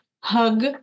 hug